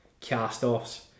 cast-offs